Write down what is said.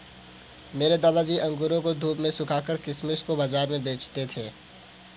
मेरे दादाजी अंगूरों को धूप में सुखाकर किशमिश को बाज़ार में बेचते थे